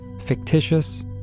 fictitious